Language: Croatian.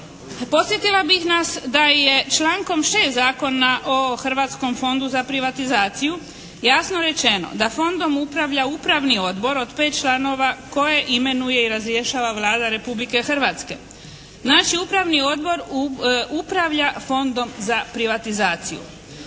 Podsjetila bih nas da je člankom 6. Zakona o Hrvatskom fondu za privatizaciju jasno rečeno da fondom upravlja Upravni odbor od 5 članova koje imenuje i razrješava Vlada Republike Hrvatske. Znači Upravni odbor upravlja Fondom za privatizaciju.